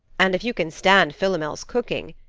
and if you can stand philomel's cooking,